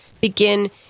begin